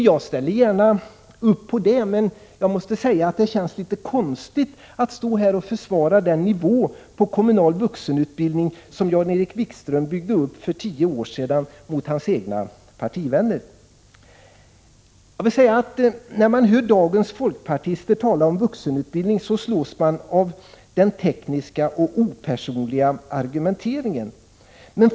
Jag ställer gärna upp på det, men jag måste säga att det känns litet konstigt att stå här och försvara nivån på en kommunal vuxenutbildning, som Jan-Erik Wikström byggde upp för tio år sedan mot sina egna partivänners vilja. När man hör dagens folkpartister tala om vuxenutbildning, slås man av den tekniska och opersonliga argumenteringen.